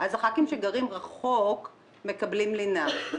הח"כים שגרים רחוק מקבלים לינה.